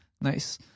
nice